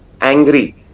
angry